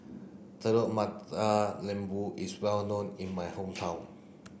Telur Mata Lembu is well known in my hometown